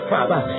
Father